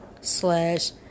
Slash